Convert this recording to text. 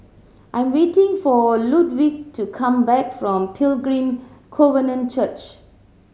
I'm waiting for Ludwig to come back from Pilgrim Covenant Church